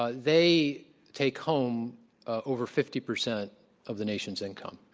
ah they take home over fifty percent of the nation's income,